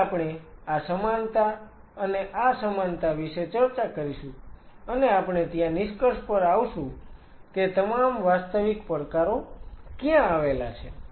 જ્યાં આપણે આ સમાનતા અને આ સમાનતા વિશે ચર્ચા કરીશું અને આપણે ત્યાં નિષ્કર્ષ પર આવશું કે તમામ વાસ્તવિક પડકારો ક્યાં આવેલા છે